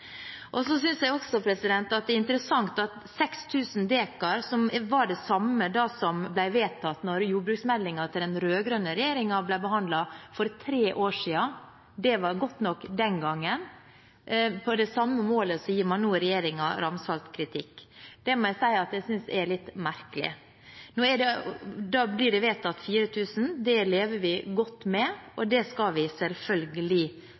er interessant at 6 000 dekar er det samme som ble vedtatt da landbruksmeldingen fra den rød-grønne regjeringen ble behandlet for tre år siden. Det var godt nok den gangen. På det samme målet gir man nå regjeringen ramsalt kritikk, det må jeg si jeg synes er litt merkelig. Det blir vedtatt 4 000 dekar, det lever vi godt med, og det skal vi selvfølgelig